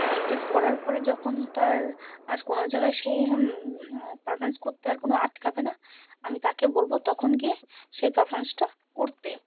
practice করার পরে যখন তার আর কোনো জায়গায় সে পারফমেন্স করতে আর কোনো আটকাবে না আমি তাকে বলবো তখন গিয়ে সেই পারফমেন্সটা করতে